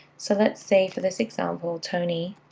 so let's say for this example, tony